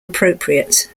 appropriate